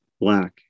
black